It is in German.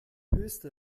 höchste